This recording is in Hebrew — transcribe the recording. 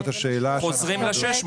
חוזרים ל-600.